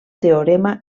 teorema